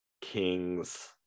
Kings